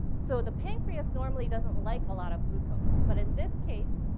so the pancreas normally doesn't like a lot of glucose. but in this case,